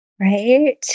right